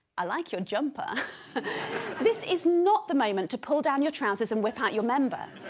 i like your jumper this is not the moment to pull down your trousers and whip out your member